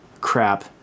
Crap